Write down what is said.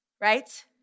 right